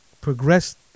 progressed